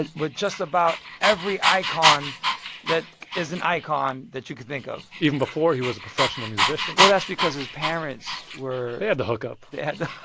but just about every icon that is an icon that you can think of even before he was a professional musician well, that's because his parents were. they had the hook-up they had the.